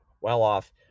well-off